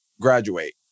graduate